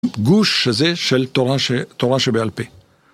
גוש הזה של תורה שבעל פה.